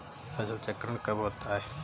फसल चक्रण कब होता है?